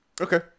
Okay